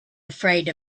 afraid